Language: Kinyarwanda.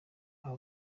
aha